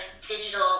digital